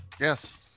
Yes